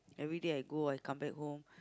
everyday I go I come back home